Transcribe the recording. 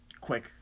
quick